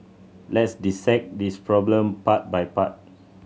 let's dissect this problem part by part